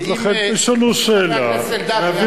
אם חבר הכנסת אלדד היה שואל את השאלה באופן ישיר,